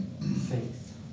faith